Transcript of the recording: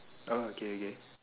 oh okay okay